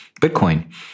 Bitcoin